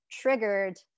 triggered